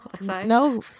no